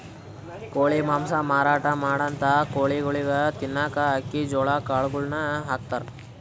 ಕೋಳಿ ಮಾಂಸ ಮಾರಾಟ್ ಮಾಡಂಥ ಕೋಳಿಗೊಳಿಗ್ ತಿನ್ನಕ್ಕ್ ಅಕ್ಕಿ ಜೋಳಾ ಕಾಳುಗಳನ್ನ ಹಾಕ್ತಾರ್